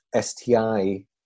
STI